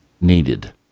needed